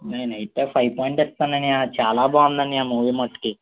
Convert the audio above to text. నేను అయితే five point ఇస్తాను అన్నయ్య చాలా బాగుంది అన్నయ్య మూవీ మట్టుకి